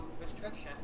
restriction